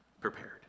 prepared